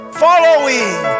following